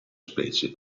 specie